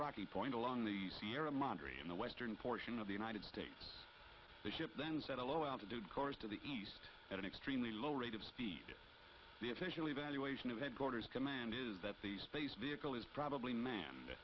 rocky point along the sierra madre in the western portion of the united states the ship then set a low altitude course to the east at an extremely low rate of speed the official evaluation of headquarters command is that the space vehicle is probably man